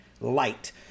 light